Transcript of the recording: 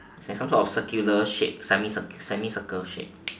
it's like some sort of circular shape semi circle shape